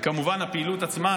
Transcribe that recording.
וכמובן הפעילות עצמה,